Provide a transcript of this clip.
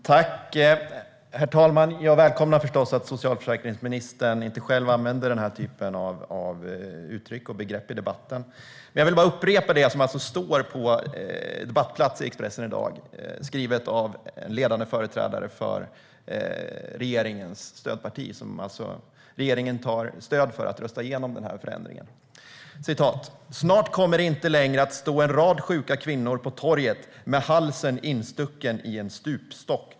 Herr talman! Jag välkomnar förstås att socialförsäkringsministern inte använder den här typen av uttryck och begrepp i debatten. Men jag vill upprepa det som står på debattplats i Expressen i dag, skrivet av en ledande företrädare för regeringens stödparti, som regeringen alltså tar stöd av för att rösta igenom den här förändringen: "Snart kommer det inte längre att stå en rad sjuka kvinnor på torget med halsen instucken i en stupstock."